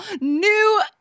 New